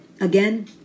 Again